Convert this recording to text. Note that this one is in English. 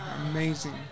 Amazing